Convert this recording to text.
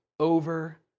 Over